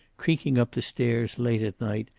creaking up the stairs late at night,